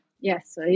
Yes